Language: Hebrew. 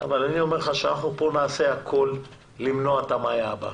אבל אני אומר לך שאנחנו כאן נעשה הכול למנוע את המאיה הבאה.